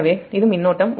எனவே இது I மின்னோட்டம்